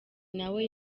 nawe